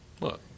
Look